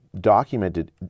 documented